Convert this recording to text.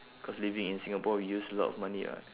cause living in singapore use a lot of money [what]